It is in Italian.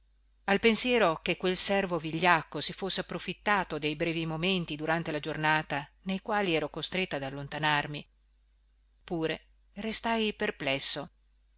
al pensiero che quel servo vigliacco si fosse approfittato dei brevi momenti durante la giornata nei quali ero costretto ad allontanarmi pure restai perplesso